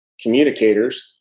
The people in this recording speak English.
communicators